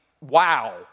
wow